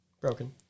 Broken